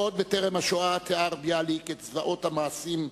עוד טרם השואה תיאר ביאליק את זוועות המעשים,